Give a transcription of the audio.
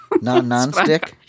Non-nonstick